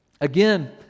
Again